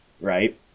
right